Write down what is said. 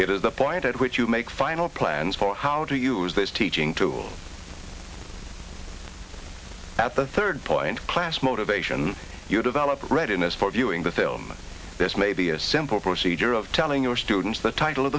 it is the point at which you make final plans for how to use this teaching tool at the third point class motivation you develop a readiness for viewing the film this may be a simple procedure of telling your students the title of